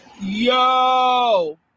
yo